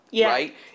right